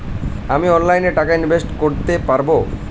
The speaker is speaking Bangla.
আমি অনলাইনে টাকা ইনভেস্ট করতে পারবো?